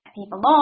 people